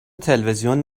تلویزیون